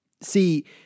See